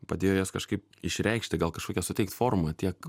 padėjo jas kažkaip išreikšti gal kažkokią suteikt formą tiek